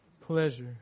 pleasure